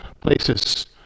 places